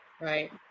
Right